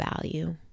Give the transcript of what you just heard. value